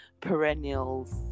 perennials